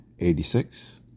86